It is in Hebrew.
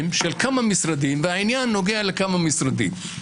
של כמה משרדים והעניין נוגע לכמה משרדים?